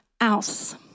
else